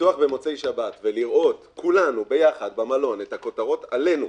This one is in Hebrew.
לפתוח במוצאי שבת ולראות כולנו ביחד במלון את הכותרות עלינו,